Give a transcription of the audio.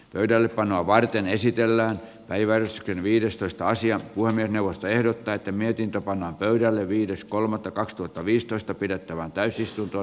pöydällepanoa varten on työelämä ja tasa arvovaliokunnan mietintö pannaan pöydälle viides kolmatta kaksituhattaviisitoista pidettävään täysistunto